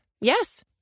Yes